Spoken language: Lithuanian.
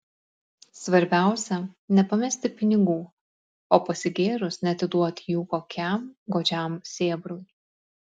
svarbiausia nepamesti pinigų o pasigėrus neatiduoti jų kokiam godžiam sėbrui